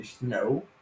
No